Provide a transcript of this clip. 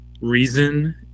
reason